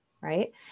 right